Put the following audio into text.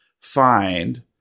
find